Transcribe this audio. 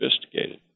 sophisticated